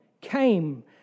came